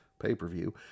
pay-per-view